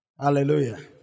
Hallelujah